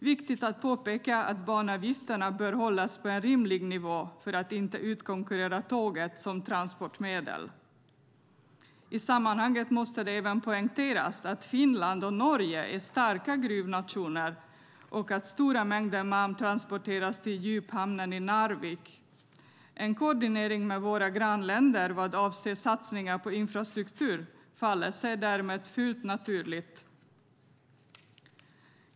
Viktigt att påpeka är att banavgifterna bör hållas på en rimlig nivå för att inte utkonkurrera tåget som transportmedel. I sammanhanget måste det även poängteras att Finland och Norge är starka gruvnationer och att stora mängder malm transporteras till djuphamnen i Narvik. En koordinering med våra grannländer vad avser satsningar på infrastruktur faller sig därmed fullt naturlig.